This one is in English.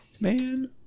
Man